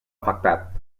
afectat